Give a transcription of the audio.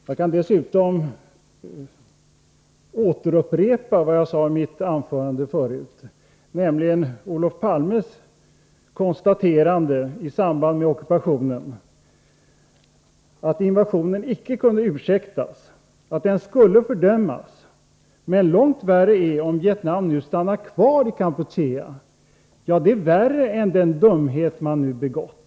Jag kan dessutom upprepa vad jag hänvisade till i mitt tidigare anförande, nämligen Olof Palmes konstaterande i samband med ockupationen, att invasionen inte kunde ursäktas, att den skulle fördömas. Men långt värre är om Vietnam nu stannar kvar i Kampuchea, sade han. Det är värre än den dumhet man nu har begått.